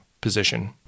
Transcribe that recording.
position